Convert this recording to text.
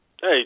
Hey